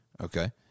Okay